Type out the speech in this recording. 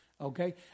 Okay